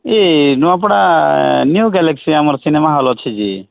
ଏ Nuapada New Galaxy ଆମର cinema hall ଅଛି ଯେ